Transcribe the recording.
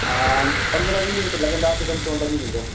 आ पंद्रहं वीह मिंट लॻंदा अधु घंटो लॻी वेंदो